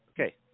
Okay